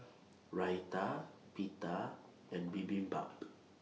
Raita Pita and Bibimbap